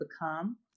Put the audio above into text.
become